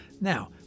Now